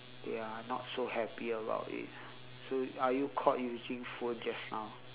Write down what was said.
they are not so happy about it so are you caught using phone just now